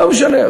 לא משנה.